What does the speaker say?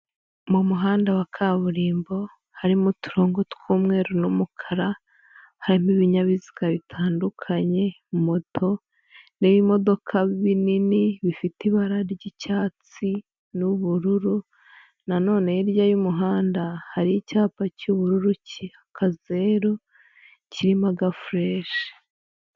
Mu muhanda wa kaburimbo harimo uturongo tw'umweru n'umukara, harimo ibinyabiziga bitandukanye, moto n'ibimodoka binini bifite ibara ry'icyatsi n'ubururu, na none hirya y'umuhanda hari icyapa cy'ubururu kiriho akazeru kirimo agafuleshi.